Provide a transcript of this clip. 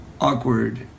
awkward